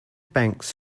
banks